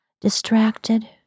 distracted